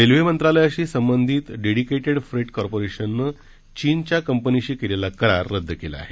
railway मंत्रालयाशी संबंधित dedicated freight कोर्पोरेशननं चीनच्या कंपनीशी केलेला करार रद्द केला आहे